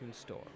store